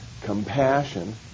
compassion